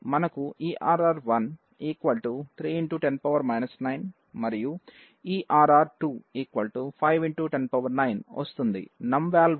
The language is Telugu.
మనకు err1 3 10 9 మరియు err2 5 10 9 వస్తుంది